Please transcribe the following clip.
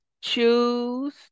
choose